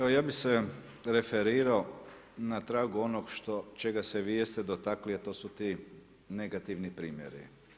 Evo ja bih se referirao na tragu onog što, čega se vi jeste dotakli a to su ti negativni primjeri.